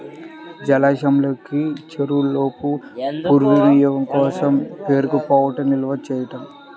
జలాశయంలోకి చేరేలోపు పునర్వినియోగం కోసం పేరుకుపోవడం నిల్వ చేయడం